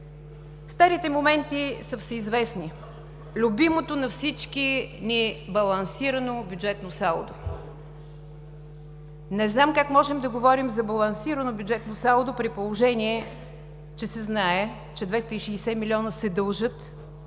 Старите моменти са всеизвестни – любимото на всички ни балансирано бюджетно салдо. Не знам как можем да говорим за балансирано бюджетно салдо, при положение че се знае, че 260 милиона се дължат